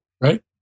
right